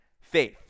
faith